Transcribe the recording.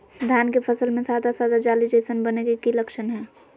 धान के फसल में सादा सादा जाली जईसन बने के कि लक्षण हय?